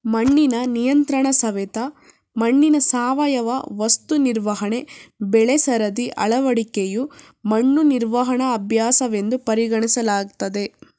ಮಣ್ಣಿನ ನಿಯಂತ್ರಣಸವೆತ ಮಣ್ಣಿನ ಸಾವಯವ ವಸ್ತು ನಿರ್ವಹಣೆ ಬೆಳೆಸರದಿ ಅಳವಡಿಕೆಯು ಮಣ್ಣು ನಿರ್ವಹಣಾ ಅಭ್ಯಾಸವೆಂದು ಪರಿಗಣಿಸಲಾಗ್ತದೆ